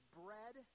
bread